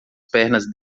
pernas